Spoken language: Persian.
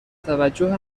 توجه